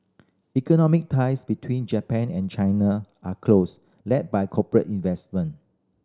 economic ties between Japan and China are close led by corporate investment